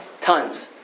tons